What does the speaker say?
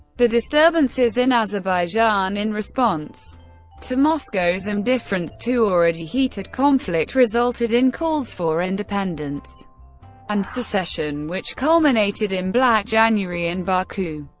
the disturbances in azerbaijan, in response to moscow's indifference to already heated conflict, resulted in calls for independence and secession, which culminated in black january in baku.